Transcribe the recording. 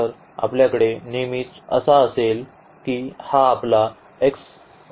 तर आपल्याकडे नेहमीच असा असेल की हा आपला x आम्ही लिहू शकतो